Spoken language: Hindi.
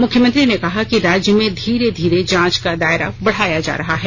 मुख्यमंत्री ने कहा कि राज्य में धीरे धीरे जांच का दायरा बढ़ाया जा रहा है